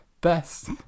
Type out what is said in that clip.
Best